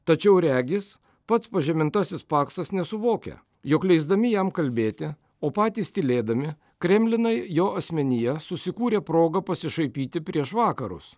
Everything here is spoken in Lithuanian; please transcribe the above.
tačiau regis pats pažemintasis paksas nesuvokia jog leisdami jam kalbėti o patys tylėdami kremlinai jo asmenyje susikūrė progą pasišaipyti prieš vakarus